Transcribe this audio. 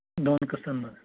دۄن قٕستَن منٛز